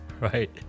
Right